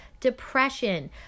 depression